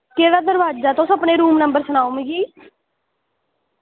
केह्ड़ा दरवाज़ा तुस रूम नंबर सनाओ अपना